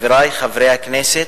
חברי חברי הכנסת,